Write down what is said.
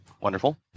Wonderful